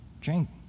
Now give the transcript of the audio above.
drink